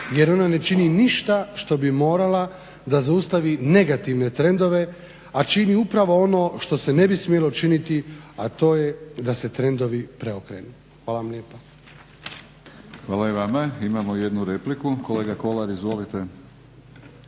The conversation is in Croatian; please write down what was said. jer ona ne čini ništa što bi morala da zaustavi negativne trendove, a čini upravo ono što se ne bi smjelo činiti a to je da se trendovi preokrenu. Hvala vam lijepa. **Batinić, Milorad (HNS)** Hvala i vama. Imamo jednu repliku, kolega Kolar. Izvolite.